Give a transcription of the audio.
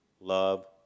love